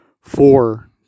four